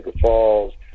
falls